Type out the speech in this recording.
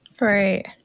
Right